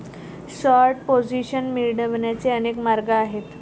short position मिळवण्याचे अनेक मार्ग आहेत